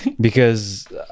Because-